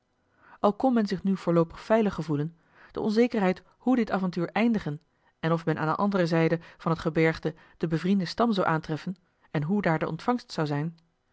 kon men zich nu voorloopig veilig gevoelen de onzekerheid hoe dit avontuur eindigen en of men aan de andere zijde van het gebergte den bevrienden stam zou aantreffen en hoe daar de ontvangst zou zijn